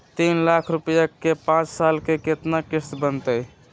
तीन लाख रुपया के पाँच साल के केतना किस्त बनतै?